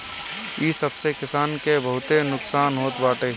इ सब से किसान के बहुते नुकसान होत बाटे